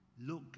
Look